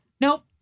Nope